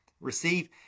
receive